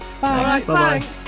Bye-bye